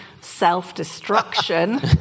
Self-Destruction